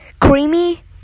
creamy